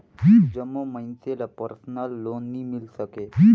जम्मो मइनसे ल परसनल लोन नी मिल सके